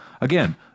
Again